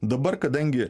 dabar kadangi